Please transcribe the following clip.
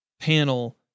panel